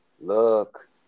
look